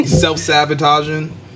self-sabotaging